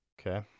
Okay